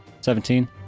seventeen